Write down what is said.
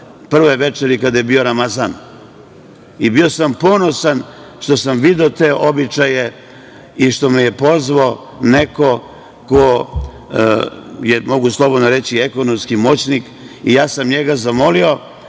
prve večeri, kada je bio Ramazan i bio sam ponosan što sam video te običaje i što me je pozvao neko ko je, mogu slobodno reći, ekonomski moćnik i zamolio